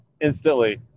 instantly